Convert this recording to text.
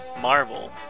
Marvel